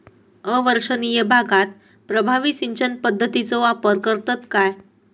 अवर्षणिय भागात प्रभावी सिंचन पद्धतीचो वापर करतत काय?